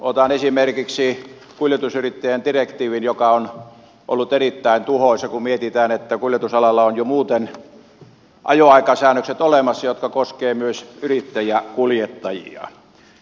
otan esimerkiksi kuljetusyrittäjädirektiivin joka on ollut erittäin tuhoisa kun mietitään että kuljetusalalla on jo muuten olemassa ajoaikasäännökset jotka koskevat myös yrittäjäkuljettajia